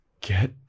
get